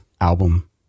album